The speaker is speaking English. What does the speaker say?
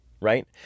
Right